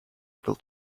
able